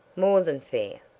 more than fair.